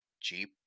Jeep